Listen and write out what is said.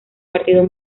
partido